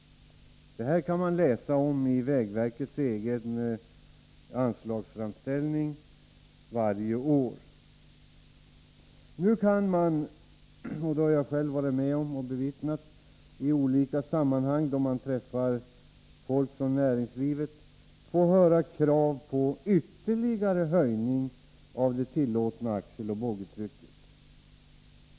Detta kan man läsa om i vägverkets egen anslagsframställning varje år. Nu kan man — det har jag själv varit med om att bevittna — i olika sammanhang då man träffar folk från näringslivet få höra krav på ytterligare höjning av de tillåtna axeloch boggitrycken.